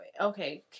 Okay